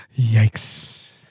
yikes